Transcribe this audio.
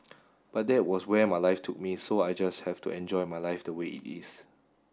but that was where my life took me so I just have to enjoy my life the way it is